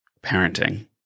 parenting